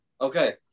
Okay